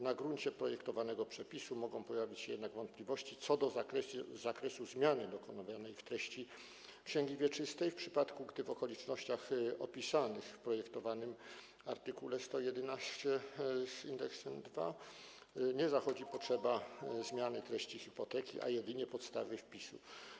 Na gruncie projektowanego przepisu mogą pojawić się jednak wątpliwości co do zakresu zmiany dokonywanej w treści księgi wieczystej, w przypadku gdy w okolicznościach opisanych w projektowanym art. 111 nie zachodzi potrzeba zmiany treści hipoteki, a jedynie podstawy wpisu.